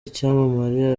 icyamamare